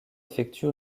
effectue